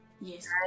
Yes